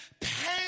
pain